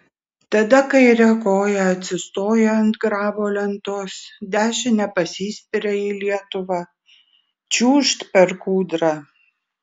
tada kaire koja atsistoja ant grabo lentos dešine pasispiria į lietuvą čiūžt per kūdrą